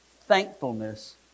thankfulness